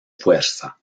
fuerza